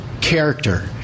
character